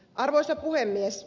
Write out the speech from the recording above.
arvoisa puhemies